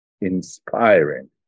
inspiring